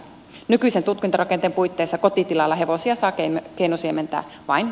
nykyisen tutkintorakenteen puitteissa kotitilalla hevosia sakeina keinosiementä vai